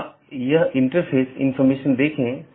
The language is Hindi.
तो यह पूरी तरह से मेष कनेक्शन है